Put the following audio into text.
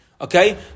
Okay